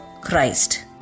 Christ